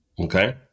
Okay